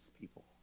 people